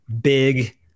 big